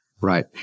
Right